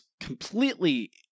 completely